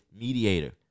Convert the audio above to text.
mediator